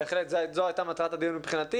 זו הייתה מטרת הדיון מבחינתי,